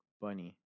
Bunny